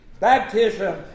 Baptism